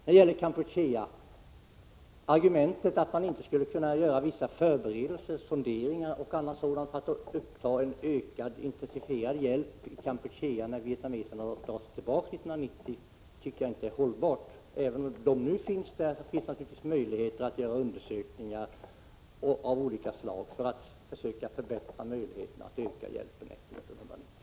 När det gäller Kampuchea vill jag bara säga att argumentet att man inte skulle kunna göra vissa förberedelser och sonderingar för att uppta en ökad och intensifierad hjälp när vietnameserna drar sig tillbaka 1990 inte är hållbart. Även om de nu finns där, finns det naturligtvis möjligheter att göra undersökningar av olika slag i syfte att förbättra möjligheterna att öka hjälpen efter 1990.